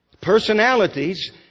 Personalities